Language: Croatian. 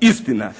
istina.